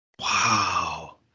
Wow